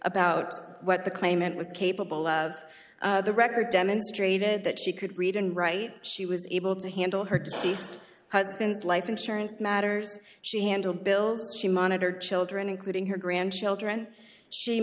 about what the claimant was capable of the record demonstrated that she could read and write she was able to handle her deceased husband's life insurance matters she handled bills she monitored children including her grandchildren she